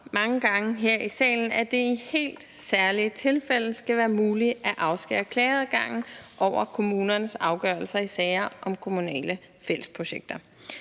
mange gange her i salen – at det i helt særlige tilfælde skal være muligt at afskære klageadgangen over kommunernes afgørelser i sager om kommunale fællesprojekter.